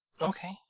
Okay